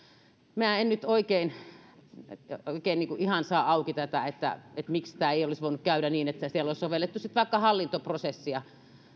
en nyt oikein saa auki tätä miksi tämä ei olisi voinut käydä niin että siellä olisi sovellettu vaikka hallintoprosessia